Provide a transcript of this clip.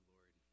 Lord